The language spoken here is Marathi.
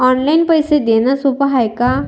ऑनलाईन पैसे देण सोप हाय का?